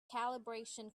calibration